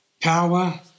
Power